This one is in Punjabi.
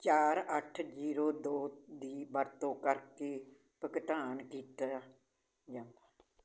ਚਾਰ ਅੱਠ ਜੀਰੋ ਦੋ ਦੀ ਵਰਤੋਂ ਕਰਕੇ ਭੁਗਤਾਨ ਕੀਤਾ ਜਾਊਗਾ